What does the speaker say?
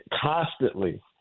constantly